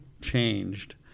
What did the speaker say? changed